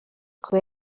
kuba